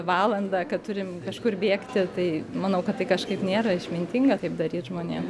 valandą kad turim kažkur bėgti tai manau kad tai kažkaip nėra išmintinga taip daryt žmonėm